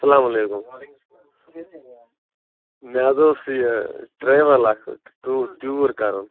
سلام علیکُم مےٚ حظ اوس یہِ ٹرٛیوَل اَکھ ٹیٛوٗ ٹیٛوٗر کَرُن